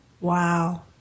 Wow